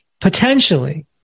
potentially